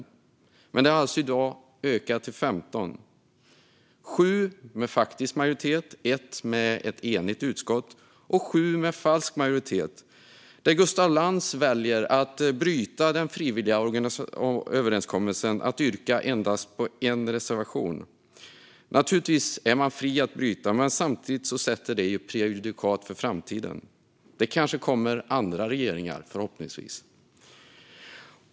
I år har det alltså ökat till 15 - sju med faktisk majoritet, ett från ett enigt utskott och sju med falsk majoritet. Gustaf Lantz väljer att bryta den frivilliga överenskommelsen att yrka på endast en reservation. Naturligtvis är man fri att bryta mot detta. Samtidigt skapar det ett prejudikat för framtiden. Det kommer kanske, förhoppningsvis, andra regeringar.